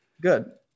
Good